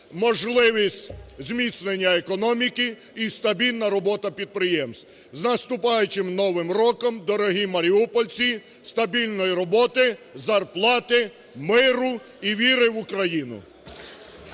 можливість зміцнення економіки і стабільна робота підприємств. З наступаючим Новим роком, дорогі маріупольці! Стабільної роботи, зарплати, миру і віри в Україну!